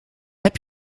heb